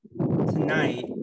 tonight